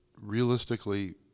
realistically